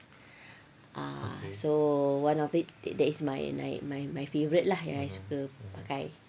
ah so one of it that is like my my my my my favourite lah yang I suka pakai